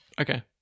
Okay